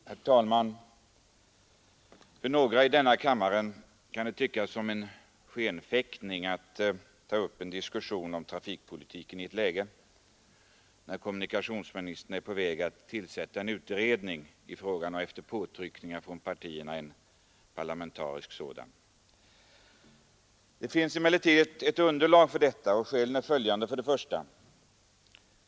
Herr talman! För några i denna kammare kan det kanske tyckas som en skenfäktning att ta upp en diskussion om trafikpolitiken i ett läge då kommunikationsministern är på väg att tillsätta en utredning i frågan — och efter påtryckning av partierna en parlamentarisk sådan. Det finns emellertid ett underlag härför, och skälen är följande. 1.